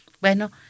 bueno